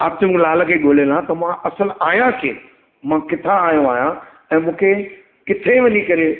आतम लाल खे ॻोल्हणु आहे त मां असुलु आहियां केरु मां किथां आयो आहियां ऐं मूंखे किथे वञी करे